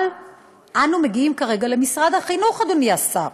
אבל אנו מגיעים כרגע למשרד החינוך, אדוני השר.